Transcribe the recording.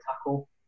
tackle